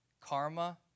karma